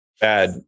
Bad